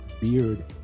beard